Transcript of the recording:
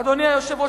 אדוני היושב-ראש,